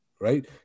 right